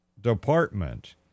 department